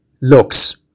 looks